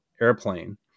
airplane